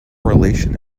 correlation